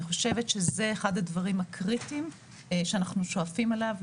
אני חושבת שזה אחד הדברים הקריטיים שאנחנו שואפים אליו,